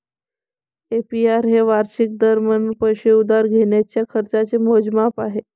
APR हे वार्षिक दर म्हणून पैसे उधार घेण्याच्या खर्चाचे मोजमाप आहे